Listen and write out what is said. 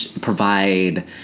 provide